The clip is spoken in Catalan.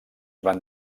van